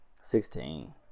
Sixteen